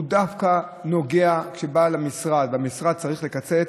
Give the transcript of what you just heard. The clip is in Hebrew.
הוא דווקא נוגע, כשבעל המשרד, כשהמשרד צריך לקצץ,